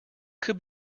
could